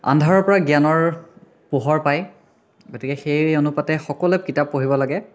আন্ধাৰৰ পৰা জ্ঞানৰ পোহৰ পায় গতিকে সেই অনুপাতে সকলোৱে কিতাপ পঢ়িব লাগে